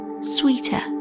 Sweeter